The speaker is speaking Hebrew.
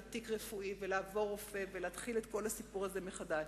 תיק רפואי ולעבור רופא ולהתחיל את כל הסיפור הזה מחדש.